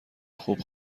خوب